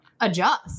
adjust